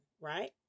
right